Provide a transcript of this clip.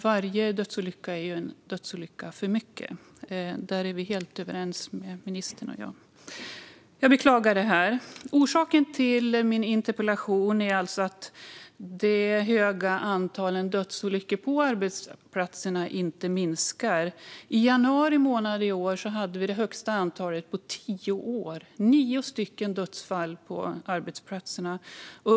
Varje dödsolycka är en för mycket - där är ministern och jag helt överens. Orsaken till min interpellation är alltså att antalet dödsolyckor på arbetsplatserna inte minskar. I januari månad i år hade vi det högsta antalet på tio år: 9 dödsfall på arbetsplatserna.